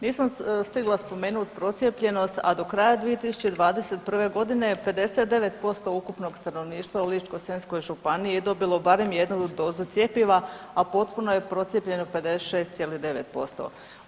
Nisam stigla spomenuti procijepljenost, a do kraja 2021. g. je 59% ukupnog stanovništva u Ličko-senjskoj županiji dobilo barem 1 dozu cjepiva, a potpuno je procijepljeno 56,9%